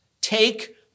Take